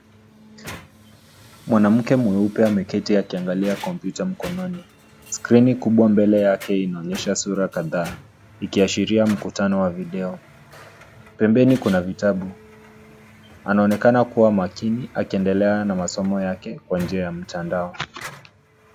Mwanamke mweupe ameketi akiangalia computer mkononi . Skrini kubwa mbele yake inaonyesha sura kadhaa, ikiashiria mkutano wa video. Pembeni kuna vitabu. Anaonekana kuwa makini akiendelea na masomo yake kwa njia ya mtandao.